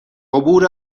عبور